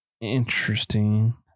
interesting